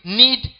need